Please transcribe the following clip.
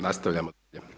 Nastavljamo.